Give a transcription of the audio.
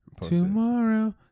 tomorrow